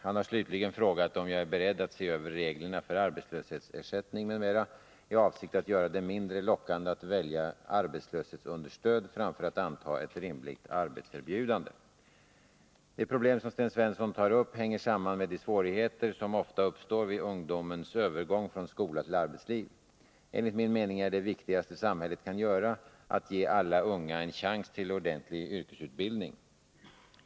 Han har slutligen frågat om jag är beredd att se över reglerna för arbetslöshetsersättning m.m. i avsikt att göra det mindre lockande att välja arbetslöshetsunderstöd framför att anta ett rimligt arbetserbjudande. De problem som Sten Svensson tar upp hänger samman med de svårigheter som ofta uppstår vid ungdomens övergång från skola till arbetsliv. Enligt min mening är det viktigaste samhället kan göra att ge alla unga en chans till en ordentlig yrkesutbildning.